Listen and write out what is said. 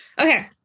Okay